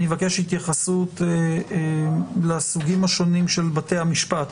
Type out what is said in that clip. אבקש התייחסות לסוגים השונים של בתי המשפט,